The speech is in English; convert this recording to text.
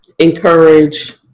Encourage